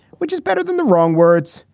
which is better than the wrong words.